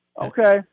Okay